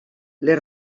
les